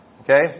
okay